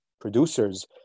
producers